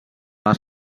les